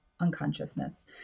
unconsciousness